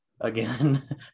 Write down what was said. Again